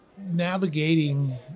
Navigating